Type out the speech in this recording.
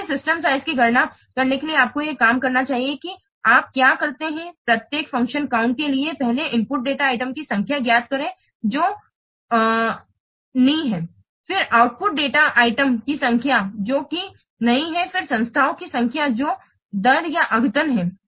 इसलिए system size की गणना करने के लिए आपको यह काम करना चाहिए कि आप क्या करते हैं प्रत्येक फ़ंक्शन काउंट के लिए पहले इनपुट डेटा आइटम की संख्या ज्ञात करें जो नी है फिर आउटपुट डेटा आइटम की संख्या जो कि नहीं है फिर संस्थाओं की संख्या जो दर या अद्यतन है